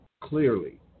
clearly